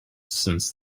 since